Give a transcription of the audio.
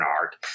art